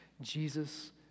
Jesus